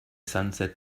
sunset